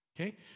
Okay